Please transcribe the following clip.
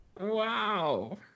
Wow